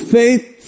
faith